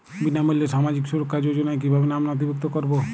বিনামূল্যে সামাজিক সুরক্ষা যোজনায় কিভাবে নামে নথিভুক্ত করবো?